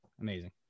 Amazing